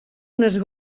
unes